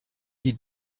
die